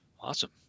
Awesome